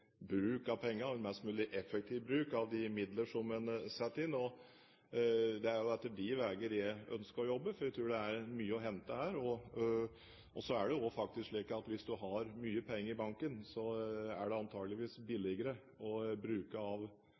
bruk av pengene – en mest mulig effektiv bruk av de midler en setter inn. Det er etter de veiene jeg ønsker å jobbe, for jeg tror det er mye å hente her. Det er også slik at hvis du har mye penger i banken, er det antakeligvis billigere å bruke av